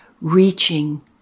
reaching